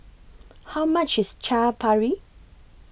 How much IS Chaat Papri